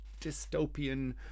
dystopian